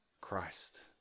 Christ